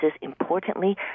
Importantly